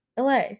LA